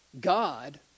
God